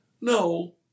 no